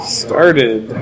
started